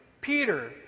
Peter